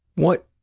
what